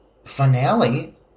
finale